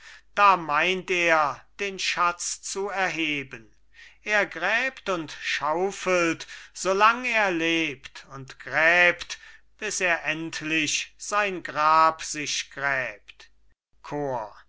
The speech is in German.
da meint er den schatz zu erheben er gräbt und schaufelt so lang er lebt und gräbt bis er endlich sein grab sich gräbt chor